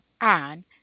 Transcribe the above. on